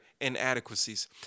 inadequacies